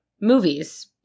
movies